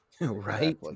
Right